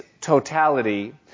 totality